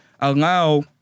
allow